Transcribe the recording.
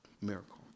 miracle